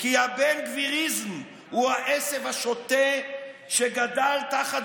כי הבן-גביריזם הוא העשב השוטה שגדל תחת